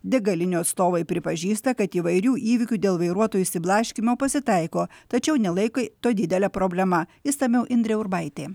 degalinių atstovai pripažįsta kad įvairių įvykių dėl vairuotojų išsiblaškymo pasitaiko tačiau nelaiko to didele problema išsamiau indrė urbaitė